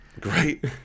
Great